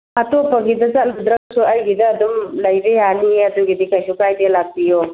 ꯑꯇꯣꯞꯄꯒꯤꯗ ꯆꯠꯂꯨꯗ꯭ꯔꯒꯁꯨ ꯑꯩꯒꯤꯗ ꯑꯗꯨꯝ ꯂꯩꯕ ꯌꯥꯅꯤꯌꯦ ꯑꯗꯨꯒꯤꯗꯤ ꯀꯩꯁꯨ ꯀꯥꯏꯗꯦ ꯂꯥꯛꯄꯤꯌꯨꯑꯣ